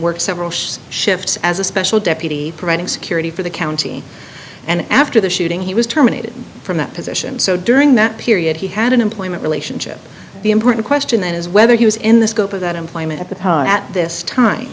worked several shifts as a special deputy providing security for the county and after the shooting he was terminated from that position so during that period he had an employment relationship the important question is whether he was in the scope of that employment at the time at this time